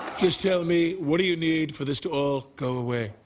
just tell me, what do you need for this to all go away?